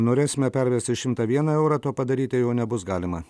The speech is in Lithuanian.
norėsime pervesti šimtą vieną eurą to padaryti jau nebus galima